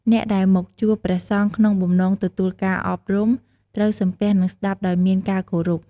អ្នកដែលមកជួបព្រះសង្ឃក្នុងបំណងទទួលការអប់រំ ត្រូវសំពះនិងស្តាប់ដោយមានការគោរព។